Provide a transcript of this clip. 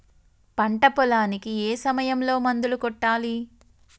పంట పొలానికి ఏ సమయంలో మందులు కొట్టాలి?